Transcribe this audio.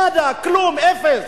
נאדה, כלום, אפס.